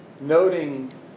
noting